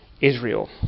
Israel